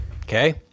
Okay